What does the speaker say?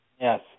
Yes